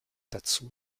dazu